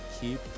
keep